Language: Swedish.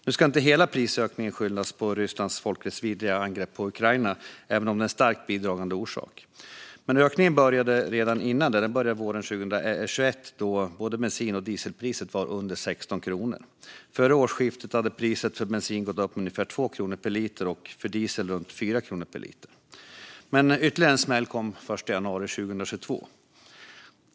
Nu ska inte hela prisökningen skyllas på Rysslands folkrättsvidriga angrepp på Ukraina, även om det är en starkt bidragande orsak. Ökningen började redan våren 2021 då både bensinpriset och dieselpriset låg under 16 kronor. Före årsskiftet hade priset för bensin gått upp med ungefär 2 kronor per liter och priset för diesel med runt 4 kronor per liter. Ytterligare en smäll kom den 1 januari 2022.